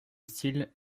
style